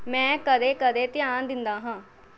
ਮੈਂ ਕਦੇ ਕਦੇ ਧਿਆਨ ਦਿੰਦਾ ਹਾਂ